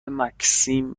مکسیم